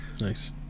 Nice